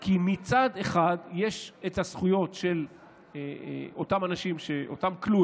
כי מצד אחד יש את הזכויות של אותם כלואים,